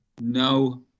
no